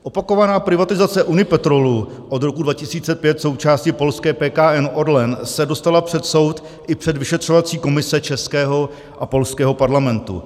Opakovaná privatizace Unipetrolu, od roku 2005 součásti polské PKN Orlen, se dostala před soud i před vyšetřovací komise českého a polského parlamentu.